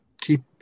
keep